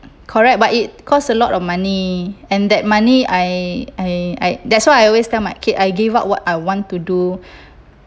correct but it cost a lot of money and that money I I I that's why I always tell my kid I gave up what I want to do